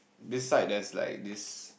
beside there's like this